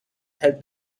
had